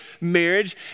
marriage